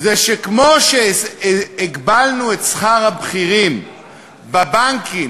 זה שכמו שהגבלנו את שכר הבכירים בבנקים